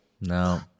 No